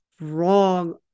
wrong